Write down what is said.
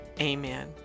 Amen